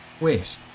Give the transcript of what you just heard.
Wait